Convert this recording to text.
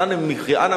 אז אנא ממך,